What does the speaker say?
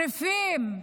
צריפים,